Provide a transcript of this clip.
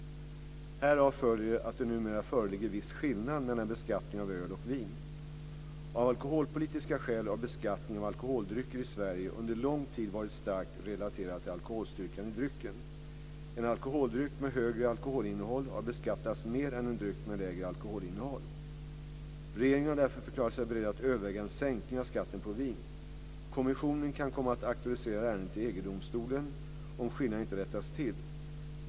Härav följer att det numera föreligger viss skillnad mellan beskattningen av öl och vin. Av alkoholpolitiska skäl har beskattningen av alkoholdrycker i Sverige under lång tid varit starkt relaterad till alkoholstyrkan i drycken. En alkoholdryck med högre alkoholinnehåll har beskattats mer än en dryck med lägre alkoholinnehåll. Regeringen har därför förklarat sig beredd att överväga en sänkning av skatten på vin. Kommissionen kan komma att aktualisera ärendet i EG-domstolen om skillnaden inte rättas till.